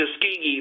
Tuskegee